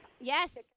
Yes